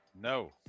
No